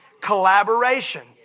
Collaboration